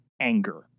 anger